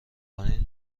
کنین